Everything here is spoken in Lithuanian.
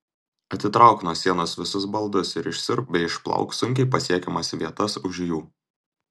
atitrauk nuo sienos visus baldus ir išsiurbk bei išplauk sunkiai pasiekiamas vietas už jų